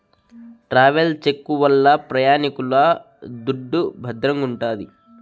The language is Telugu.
ట్రావెల్స్ చెక్కు వల్ల ప్రయాణికుల దుడ్డు భద్రంగుంటాది